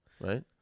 Right